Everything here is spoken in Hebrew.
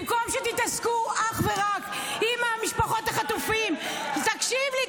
במקום שתתעסקו אך ורק במשפחות החטופים ------ תקשיב לי,